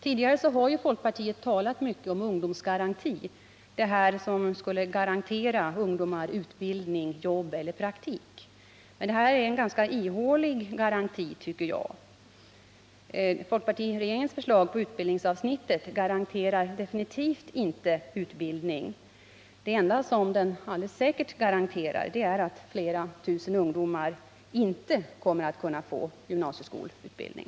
Tidigare har folkpartiet talat mycket om ungdomsgaranti, som skulle garantera ungdomar utbildning, jobb eller praktik. Det rör sig om en ganska ihålig garanti, tycker jag. Folkpartiregeringens förslag på utbildningsområdet garanterar definitivt inte utbildning. Det enda som det alldeles säkert garanterar är att flera tusen ungdomar inte kommer att kunna få gymnasieskoleutbildning.